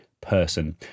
person